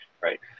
right